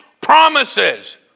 promises